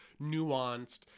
nuanced